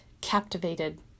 captivated